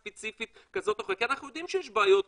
ספציפית כזאת או אחרת כי אנחנו יודעים שיש בעיות.